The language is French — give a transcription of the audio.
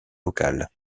locale